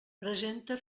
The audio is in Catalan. presenta